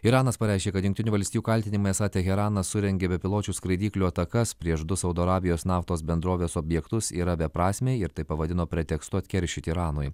iranas pareiškė kad jungtinių valstijų kaltinimai esą teheranas surengė bepiločių skraidyklių atakas prieš du saudo arabijos naftos bendrovės objektus yra beprasmiai ir tai pavadino pretekstu atkeršyti iranui